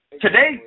Today